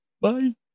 Bye